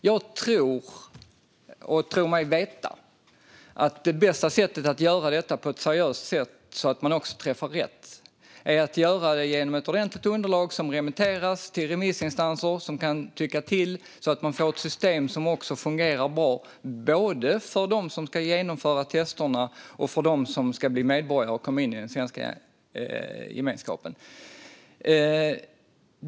Jag tror mig veta att det bästa sättet att göra detta på ett seriöst sätt, så att man också träffar rätt, är genom ett ordentligt underlag som remitteras till remissinstanser som kan tycka till, så att man får ett system som fungerar bra både för dem som ska genomföra testerna och för dem som ska bli medborgare och komma in i den svenska gemenskapen.